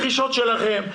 בדרך שלכם,